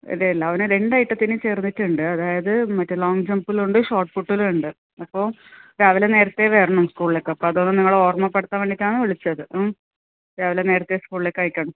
അതെല്ലോ അവനെ രണ്ട് ഐറ്റത്തിന് ചേർന്നിട്ടുണ്ട് അതായത് മറ്റേ ലോങ്ങ് ജമ്പിലുണ്ട് ഷോട്ട്പുട്ടിലുണ്ട് അപ്പോൾ രാവിലെ നേരത്തെ വരണം സ്കൂളിലേക്ക് അപ്പോൾ അതൊന്ന് നിങ്ങളെ ഓർമപ്പെടുത്താൻ വേണ്ടിയിട്ടാണ് വിളിച്ചത് ഉം രാവിലെ നേരത്തെ സ്കൂളിലേക്ക് അയയ്ക്കണം